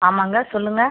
ஆமாம்ங்க சொல்லுங்கள்